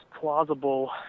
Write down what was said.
plausible